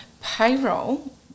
payroll